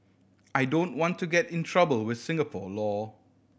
I don't want to get in trouble with Singapore law